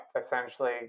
essentially